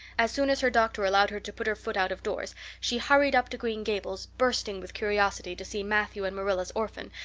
as soon as her doctor allowed her to put her foot out-of-doors she hurried up to green gables, bursting with curiosity to see matthew and marilla's orphan,